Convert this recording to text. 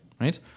right